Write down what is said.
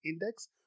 Index